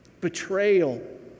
Betrayal